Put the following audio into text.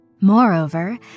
Moreover